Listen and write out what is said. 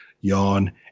yawn